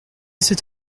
cet